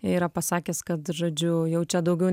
yra pasakęs kad žodžiu jau čia daugiau